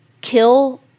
kill